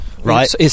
right